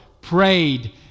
prayed